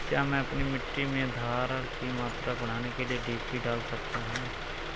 क्या मैं अपनी मिट्टी में धारण की मात्रा बढ़ाने के लिए डी.ए.पी डाल सकता हूँ?